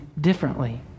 differently